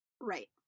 Right